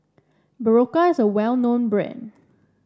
Berocca is a well known brand